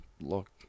look